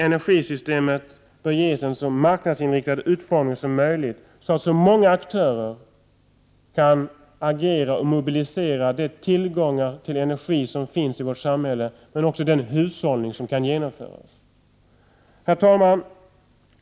Energisystemet bör ges en så marknadsinriktad utformning som möjligt, så att många aktörer kan agera och mobilisera de energitillgångar som finns i vårt samhälle och också bidra till den hushållning som kan genomföras. Herr talman!